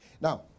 Now